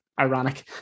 ironic